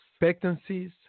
expectancies